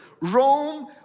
Rome